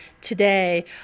today